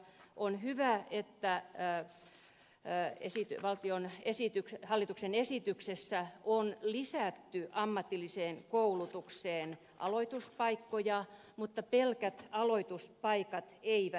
on hyvä että enää pää esitti valtion esityksen hallituksen esityksessä on lisätty ammatilliseen koulutukseen aloituspaikkoja mutta pelkät aloituspaikat eivät riitä